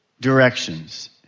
directions